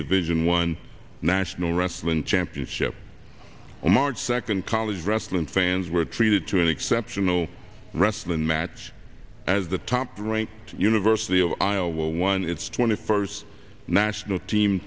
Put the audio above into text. division one national wrestling championship on march second college wrestling fans were treated to an exceptional wrestling match as the top ranked university of iowa won its twenty first national team